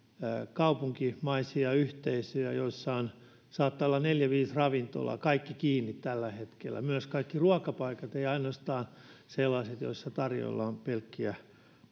kaupunkimaisia yhteisöjä joissa saattaa olla neljä viisi ravintolaa kaikki kiinni tällä hetkellä myös kaikki ruokapaikat eivät ainoastaan sellaiset joissa tarjoillaan pelkkiä